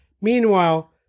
Meanwhile